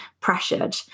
pressured